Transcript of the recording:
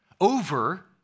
over